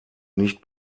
nicht